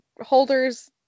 holders